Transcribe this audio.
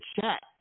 chat